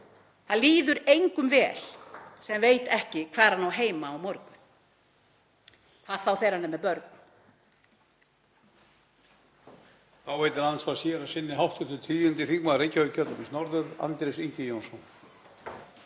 Það líður engum vel sem veit ekki hvar hann á heima á morgun, hvað þá þegar hann er með börn.